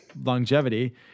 longevity